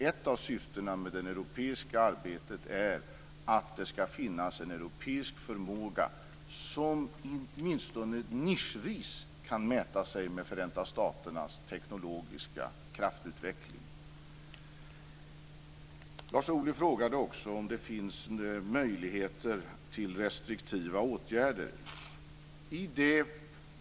Ett av syftena med det europeiska arbetet är att det ska finnas en europeisk förmåga som åtminstone nischvis kan mäta sig med Förenta staternas teknologiska kraftutveckling. Lars Ohly frågade också om det finns möjligheter till restriktiva åtgärder.